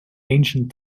ancient